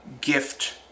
gift